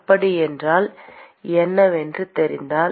அப்படியென்றால் என்னவென்று தெரிந்தால்